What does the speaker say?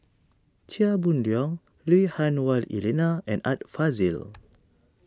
Chia Boon Leong Lui Hah Wah Elena and Art Fazil